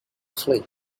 flee